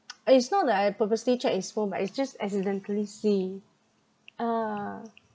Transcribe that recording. uh it's not that I purposely check his phone but it's just accidentally see uh